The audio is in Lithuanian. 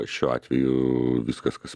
šiuo atveju viskas kas